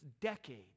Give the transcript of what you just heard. decades